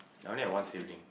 I only have one sibling